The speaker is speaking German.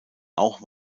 auch